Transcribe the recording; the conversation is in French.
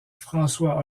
françois